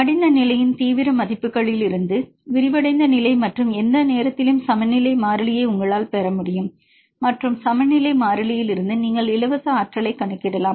மடிந்த நிலையின் தீவிர மதிப்புகளிலிருந்து விரிவடைந்த நிலை மற்றும் எந்த நேரத்திலும் சமநிலை மாறிலியைப் உங்களால் பெற முடியும் மற்றும் சமநிலை மாறிலியிலிருந்து நீங்கள் இலவச ஆற்றல் கணக்கிடலாம்